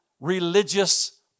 religious